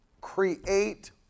create